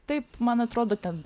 taip man atrodo ten